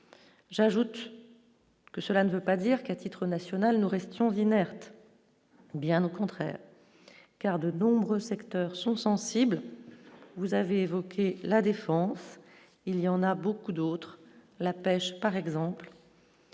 j'ajoute que cela ne veut pas dire qu'à titre national, nous restions inerte ou bien au contraire, car de nombreux secteurs sont sensibles, vous avez évoqué la défense il y en a beaucoup d'autres, la pêche, par exemple,